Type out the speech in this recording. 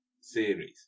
series